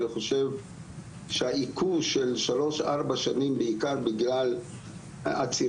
אני חושב שהעיכוב של שלוש ארבע שנים בעיקר בגלל עצירת